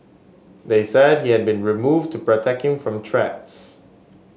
they said he had been removed to protect him from threats